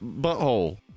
butthole